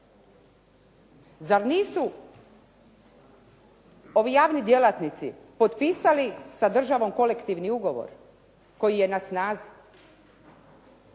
Zar nisu ovi javni djelatnici potpisali sa državom kolektivni ugovor koji je na snazi?